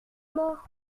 mort